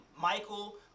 Michael